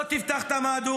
התקשורת לא תפתח את המהדורות.